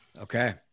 Okay